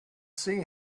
sea